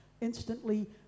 instantly